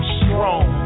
strong